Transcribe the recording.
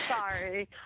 Sorry